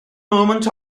moment